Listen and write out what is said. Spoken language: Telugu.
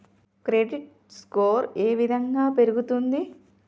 క్రెడిట్ స్కోర్ ఏ విధంగా పెరుగుతుంది?